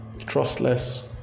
trustless